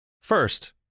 First